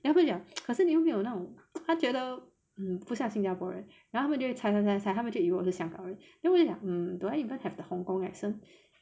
then 他就会讲可是你又没有那种他觉得 mm 不像新加坡人然后他们就会猜猜猜猜猜他们就会以为我是香港人然后我就会讲嗯 do I even have the hong kong accent